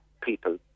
people